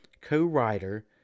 co-writer